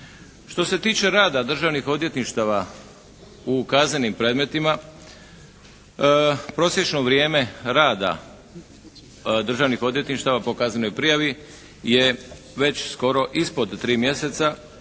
Što se tiče rada državnih odvjetništava u kaznenim predmetima prosječno vrijeme rada državnih odvjetništava po kaznenoj prijavi je već skoro ispod tri mjeseca